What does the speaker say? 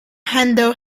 handle